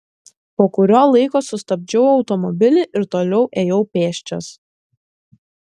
po kurio laiko sustabdžiau automobilį ir toliau ėjau pėsčias